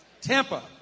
Tampa